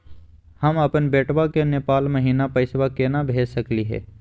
हम अपन बेटवा के नेपाल महिना पैसवा केना भेज सकली हे?